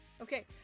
okay